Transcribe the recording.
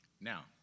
now